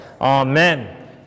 Amen